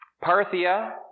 Parthia